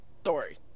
story